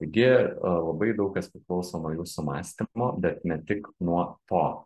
taigi labai daug kas priklauso nuo jūsų mąstymo bet ne tik nuo to